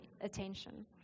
attention